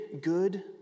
good